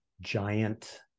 giant